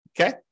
Okay